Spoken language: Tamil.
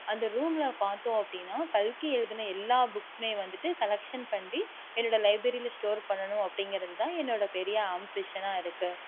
அந்த ரூம்மில் பார்த்தோம் அப்டின்னா கல்கி எழுதின எல்லா புக்ஸ்மே வந்துகிட்டு கலெக்ஷன் பண்ணி என்னோடய லைப்ரரியில் ஸ்டோர் பண்ணனும் அப்படிங்குறது தான் என்னோடய பெரிய ஆம்பிஷனாக இருக்குது